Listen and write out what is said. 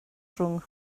rhwng